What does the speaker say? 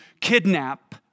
kidnap